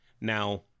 Now